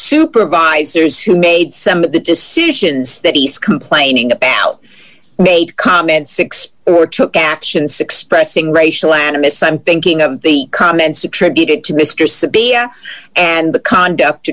supervisors who made some of the decisions that he's complaining about made comments six or took action six pressing racial animus i'm thinking of the comments attributed to mr sabir and the conduct